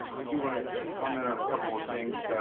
i do want to comment on a couple of things,